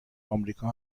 امریکا